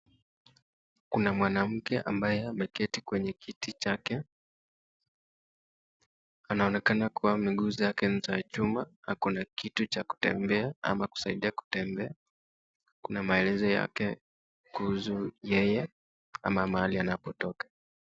Kuna mwanake ambaye ameketi kwenye kiti chake. Anaonekana kuwa miguu zake ni za chuma. Ako na kitu cha kutembea ama kusaidia kutembea. Kuna maelezo yake kuhusu yeye na mahali anapotoka.